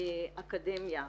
אקדמיה.